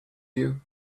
you